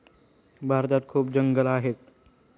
भारतात खूप जंगलं आहेत